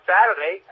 Saturday